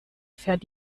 fährt